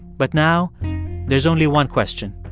but now there's only one question.